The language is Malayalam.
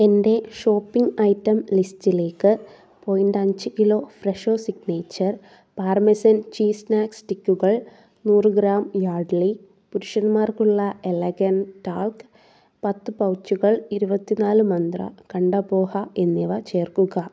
എന്റെ ഷോപ്പിംഗ് ഐറ്റം ലിസ്റ്റിലേക്ക് പോയിന്റ് അഞ്ച് kilo Fresho signature parmesan cheese snack സ്റ്റിക്കുകൾ നൂറ് ഗ്രാം യാഡ്ലി പുരുഷന്മാർക്കുള്ള എലഗൻസ് ടാൽക്ക് പത്ത് പൗച്ചുകൾ ഇരുപത്തി നാല് മന്ത്ര കണ്ട പോഹ എന്നിവ ചേർക്കുക